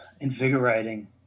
invigorating